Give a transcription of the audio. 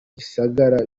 gisagara